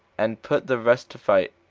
and put the rest to flight.